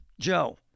Joe